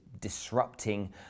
disrupting